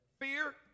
fear